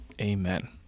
Amen